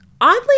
oddly